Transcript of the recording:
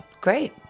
Great